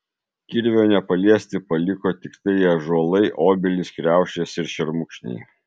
kirvio nepaliesti paliko tiktai ąžuolai obelys kriaušės ir šermukšniai